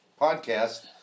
podcast